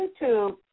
YouTube